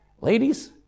Ladies